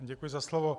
Děkuji za slovo.